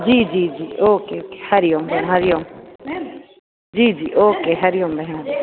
जी जी जी okay okay हरिओम भेण हरिओम जी जी ओके हरिओम